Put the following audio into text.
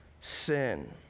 sin